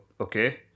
Okay